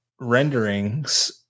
renderings